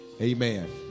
Amen